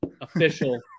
Official